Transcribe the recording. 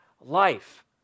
life